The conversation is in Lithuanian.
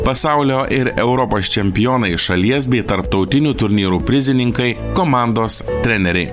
pasaulio ir europos čempionai šalies bei tarptautinių turnyrų prizininkai komandos treneriai